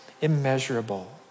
immeasurable